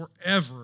forever